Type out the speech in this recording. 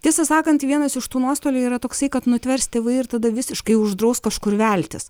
tiesą sakant vienas iš tų nuostolių yra toksai kad nutvers tėvai ir tada visiškai uždraus kažkur veltis